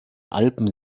alpen